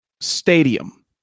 stadium